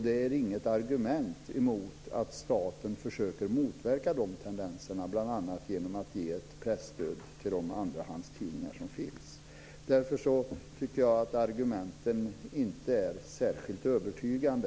Det är inget argument mot att staten försöker motverka de tendenserna, bl.a. genom att ge ett presstöd till de andrahandstidningar som finns. Därför tycker jag att argumenten inte är särskilt övertygande.